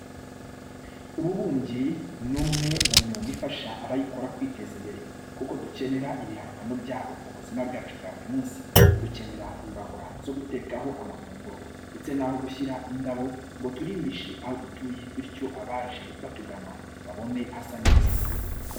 Ububumbyi ni umwe mu myuga ifasha abayikora kwiteza imbere kuko dukenera ibihangano byabo mu buzima bwacu bwa buri munsi. Dukenera imbabura zo gutekaho amafunguro ndetse naho gushyira indabo ngo turimbishe aho dutuye bityo abaje batugana babone hasa neza.